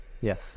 yes